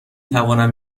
توانم